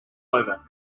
over